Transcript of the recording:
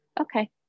Okay